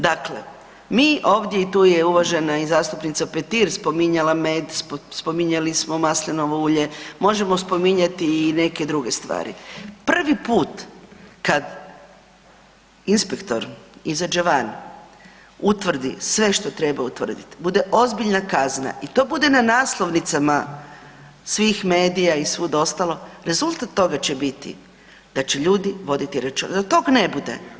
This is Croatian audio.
Dakle, mi ovdje i tu je i uvažena zastupnica Petir spominjala med, spominjali smo maslinovo ulje, možemo spominjati i neke druge stvari, prvi put kad inspektor izađe van, utvrdi sve što treba utvrditi, bude ozbiljna kazna i to bude na naslovnicama svih medija i svud ostalo, rezultat toga će biti da će ljudi voditi računa, da tog ne bude.